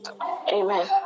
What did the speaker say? Amen